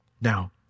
Now